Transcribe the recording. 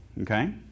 Okay